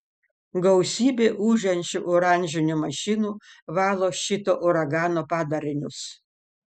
gausybė ūžiančių oranžinių mašinų valo šito uragano padarinius